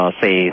say